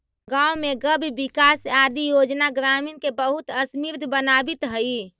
गाँव में गव्यविकास आदि योजना ग्रामीण के बहुत समृद्ध बनावित हइ